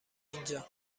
اینجا